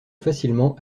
facilement